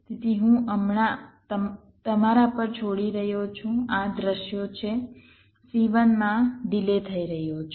તેથી હું હમણાં જ તમારા પર છોડી રહ્યો છું આ દૃશ્યો છે C1 માં ડિલે થઈ રહ્યો છે